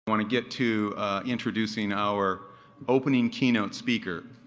want to get to introducing our opening keynote speaker.